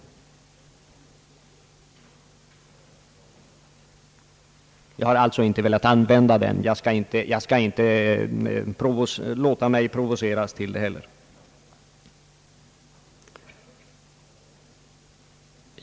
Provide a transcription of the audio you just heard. Jag har alltså inte använt det uttrycket, och kommer inte att låta mig provocera till det heller.